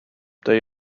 they